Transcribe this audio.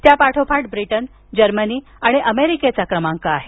त्यापाठोपाठ Britain Germany आणि अमेरिकेचा क्रमांक आहे